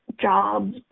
jobs